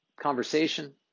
conversation